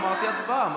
אמרתי הצבעה.